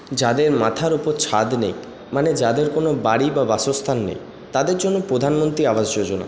যাদের মাথার ওপর ছাদ নেই মানে যাদের কোন বাড়ি বা বাসস্থান নেই তাদের জন্য প্রধানমন্ত্রী আবাস যোজনা